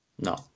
no